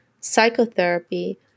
psychotherapy